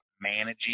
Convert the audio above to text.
managing